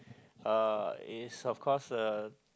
uh it's of course the